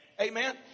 Amen